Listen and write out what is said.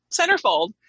Centerfold